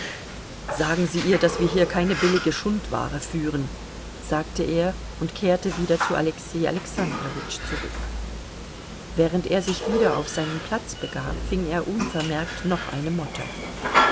sagen sie ihr daß wir hier keine billige schundware führen sagte er und kehrte wieder zu alexei alexandrowitsch zurück während er sich wieder auf seinen platz begab fing er unvermerkt noch eine motte